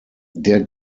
der